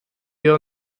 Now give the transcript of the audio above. wir